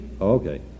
Okay